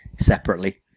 separately